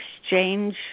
exchange